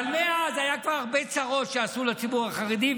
אבל מאז היו כבר הרבה צרות שעשו לציבור החרדי,